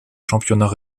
championnats